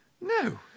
No